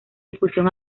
difusión